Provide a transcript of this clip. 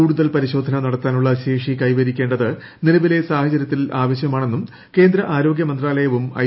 കൂടുതൽ പരിശോധന നടത്താനുള്ള ശേഷി കൈവരിക്കേണ്ടത് നിലവിലെ സാഹചര്യത്തിൽ ആവശ്യമാണെന്നും കേന്ദ്ര ആരോഗ്യ മന്ത്രാലയവും ഐ